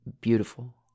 beautiful